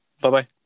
Bye-bye